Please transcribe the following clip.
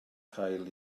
cael